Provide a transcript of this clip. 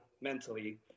mentally